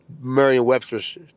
Merriam-Webster's